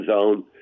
zone